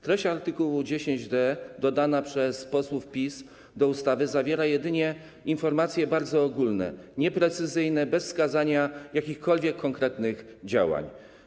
Treść art. 10d dodana przez posłów PiS do ustawy zawiera jedynie informacje bardzo ogólne, nieprecyzyjne, bez wskazania jakichkolwiek konkretnych działań.